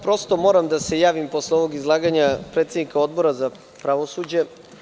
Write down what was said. Prosto moram da se javim posle ovog izlaganja predsednika Odbora za pravosuđe.